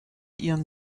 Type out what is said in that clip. ihren